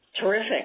Terrific